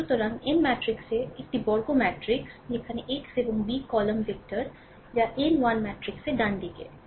সুতরাং n ম্যাট্রিক্সে একটি বর্গ ম্যাট্রিক্স যেখানে x এবং b কলাম ভেক্টর যা n 1 ম্যাট্রিক্সে ডানদিকে